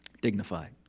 Dignified